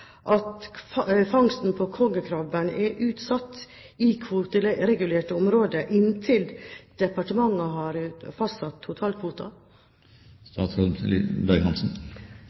at fangsten på kongekrabbe er utsatt i kvoteregulerte områder inntil departementet har fastsatt